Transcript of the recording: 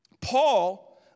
Paul